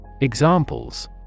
Examples